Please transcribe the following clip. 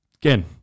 again